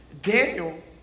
Daniel